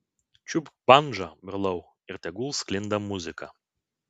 čiupk bandžą brolau ir tegul sklinda muzika